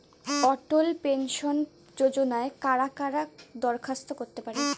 অটল pension যোজনায় কারা কারা দরখাস্ত করতে পারে?